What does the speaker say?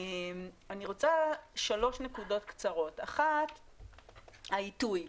שלוש נקודות קצרות: העיתוי,